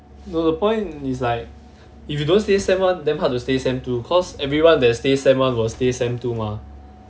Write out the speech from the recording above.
so the point is like if you don't stay sem one damn hard to stay sem two cause everyone that stay sem one will stay sem two mah